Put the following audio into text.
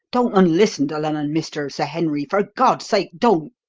don't un listen to lunnon mister, sir henry for god's sake, don't!